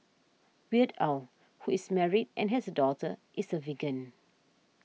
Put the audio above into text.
Weird Al who is married and has a daughter is a vegan